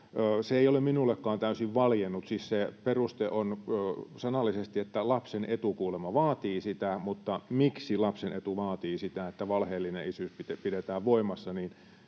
Se ei ole minullekaan täysin valjennut. Siis se peruste on sanallisesti, että lapsen etu kuulemma vaatii sitä, mutta miksi lapsen etu vaatii sitä, että valheellinen isyys pidetään voimassa,